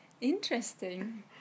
Interesting